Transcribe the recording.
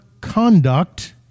conduct